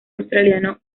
australiano